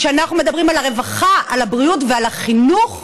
כשאנחנו מדברים על הרווחה, על הבריאות ועל החינוך,